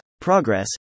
progress